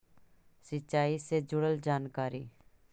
सिंचाई से जुड़ल जानकारी?